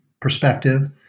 perspective